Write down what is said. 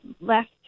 last